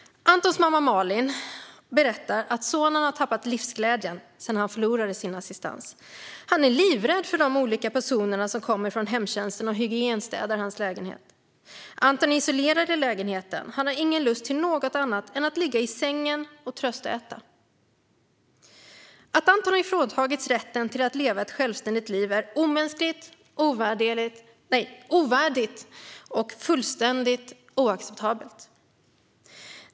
Antons mamma Malin berättar att sonen har tappat livsglädjen sedan han förlorade sin assistans. Han är livrädd för de olika personer som kommer från hemtjänsten och hygienstädar hans lägenhet. Anton är isolerad i lägenheten. Han har inte lust med något annat än att ligga i sängen och tröstäta. Att Anton har fråntagits rätten att leva ett självständigt liv är omänskligt, ovärdigt och fullständigt oacceptabelt.